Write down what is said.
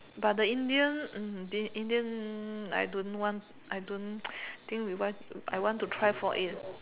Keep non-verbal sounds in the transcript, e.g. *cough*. but the Indian um the Indian I don't want I don't *noise* think we want I want to try for yet